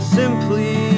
simply